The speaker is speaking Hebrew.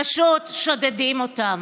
פשוט שודדים אותם.